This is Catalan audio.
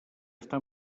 està